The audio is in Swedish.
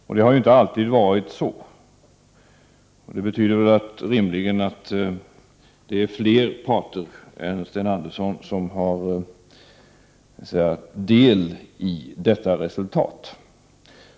Det har inte alltid varit så. Det betyder rimligen att det är fler parter än Sten Andersson som har del i detta resultat.